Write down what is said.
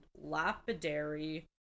lapidary